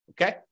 okay